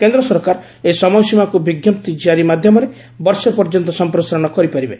କେନ୍ଦ୍ର ସରକାର ଏହି ସମୟସୀମାକୁ ବିଜ୍ଞପ୍ତି ଜାରି ମାଧ୍ୟମରେ ବର୍ଷେ ପର୍ଯ୍ୟନ୍ତ ସଂପ୍ରସାରଣ କରିପାରିବେ